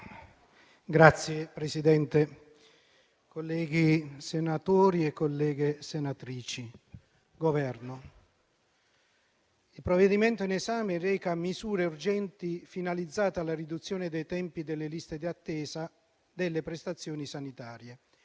Signora Presidente, colleghi senatori e colleghe senatrici, rappresentante del Governo, il provvedimento in esame reca misure urgenti finalizzate alla riduzione dei tempi delle liste di attesa delle prestazioni sanitarie.